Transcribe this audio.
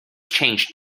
changed